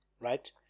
right